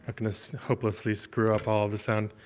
um gonna so hopelessly screw up all the sound.